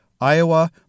Iowa